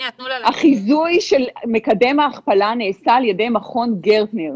החיזוי של מקדם ההכפלה נעשה על ידי מכון גרטנר.